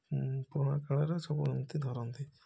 ପୁରୁଣା କାଳରେ ସବୁ ଏମିତି ଧରନ୍ତି